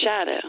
shadow